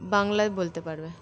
বাংলায় বলতে পারবে